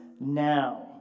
now